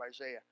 Isaiah